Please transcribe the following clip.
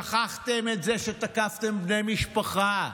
שכחתם את זה שתקפתם בני משפחה?